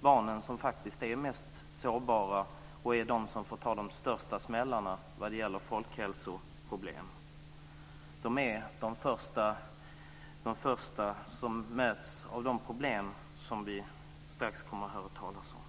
Det är barnen som är mest sårbara och är de som får ta de största smällarna vad gäller folkhälsoproblem. De är de första som möts av de problem vi strax kommer att höra talas om.